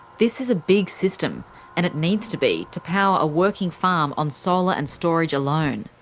this is a big system and it needs to be, to power a working farm on solar and storage alone.